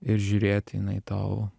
ir žiūrėt jinai tau